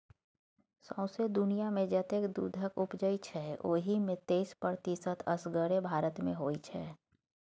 सौंसे दुनियाँमे जतेक दुधक उपजै छै ओहि मे तैइस प्रतिशत असगरे भारत मे होइ छै